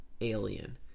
Alien